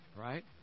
Right